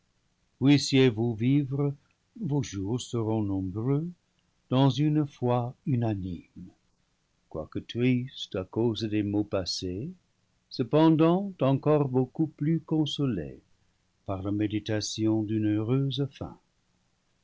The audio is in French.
vous vivre vos jours seront nombreux dans une foi unanime quoique tristes à cause des maux passés cependant encore beaucoup plus consolés par la méditation d'une heureuse